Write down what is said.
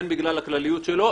הן בגלל הכלליות שלו,